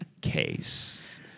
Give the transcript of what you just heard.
case